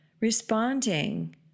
Responding